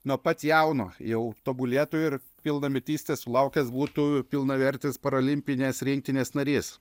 nuo pat jauno jau tobulėtų ir pilnametystės sulaukęs būtų pilnavertis parolimpinės rinktinės narys